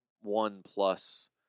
one-plus